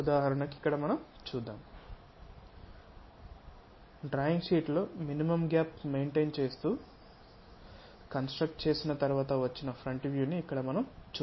ఉదాహరణకు ఇక్కడ మనం చూద్దాం ఉదాహరణకు డ్రాయింగ్ షీట్లో మినిమమ్ గ్యాప్ మైన్టైన్ చేస్తు కన్స్ట్రక్ట్ చేసిన తర్వాత వచ్చిన ఫ్రంట్ వ్యూ ఇక్కడ మనం చూద్దాం